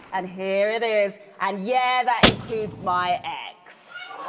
and here it is, and yeah, that includes my ex.